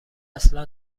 اصلا